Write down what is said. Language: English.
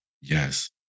Yes